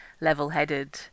level-headed